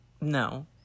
No